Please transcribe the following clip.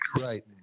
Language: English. Right